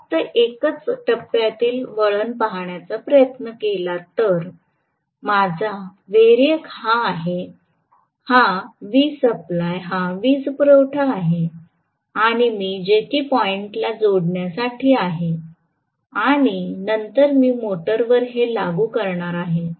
मी फक्त एकाच टप्प्यातील वळण पाहण्याचा प्रयत्न केला तर माझा व्हेरिएक हा आहे हा Vsupply हा वीजपुरवठा आहे आणि मी जेकी पॉईंटला जोडण्यासाठी आहे आणि नंतर मी मोटरवर हे लागू करणार आहे